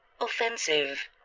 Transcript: offensive